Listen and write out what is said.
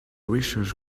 research